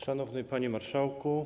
Szanowny Panie Marszałku!